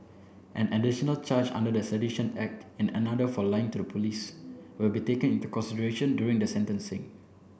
an additional charge under the Sedition Act and another for lying to the police will be taken into consideration during the sentencing